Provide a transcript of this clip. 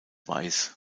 weiß